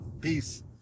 peace